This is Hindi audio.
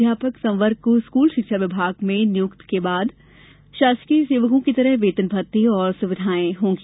अध्यापक संवर्ग को स्कूल शिक्षा विभाग में नियुक्ति के बाद शासकीय सेवकों की तरह वेतन भत्ते एवं सुविधाएँ प्राप्त होंगी